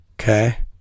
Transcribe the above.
Okay